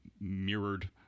mirrored